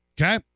Okay